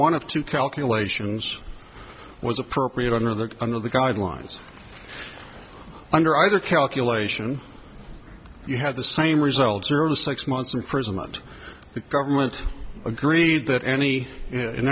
one of two calculations was appropriate under the under the guidelines under either calculation you had the same result service six months imprisonment the government agreed that any in